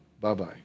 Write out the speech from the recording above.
Bye-bye